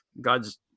God's